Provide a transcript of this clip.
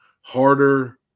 harder